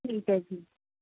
ਠੀਕ ਹੈ ਜੀ